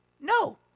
no